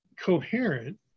coherent